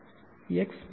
x B